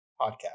podcast